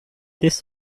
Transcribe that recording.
this